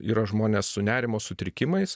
yra žmonės su nerimo sutrikimais